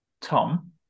Tom